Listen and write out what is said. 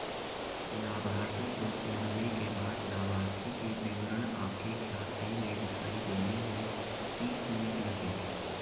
लाभार्थी को जोड़ने के बाद लाभार्थी के विवरण आपके खाते में दिखाई देने में तीस मिनट लगेंगे